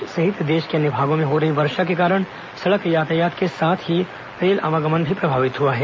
प्रदेश सहित देश के अन्य भागों में हो रही वर्षा के कारण सड़क यातायात के साथ ही रेल आवागमन भी प्रभावित हुआ है